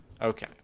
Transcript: Okay